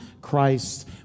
Christ